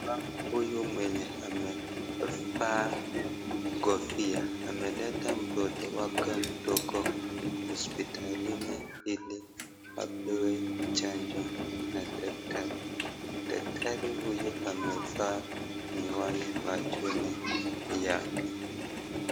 Huyu mwenye amevaa kofia ameleta mtoto wake mdogo hospitalini hili apewe chanjo na daktari , daktari huyu amevaa miwani machoni yake.